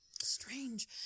strange